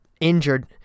injured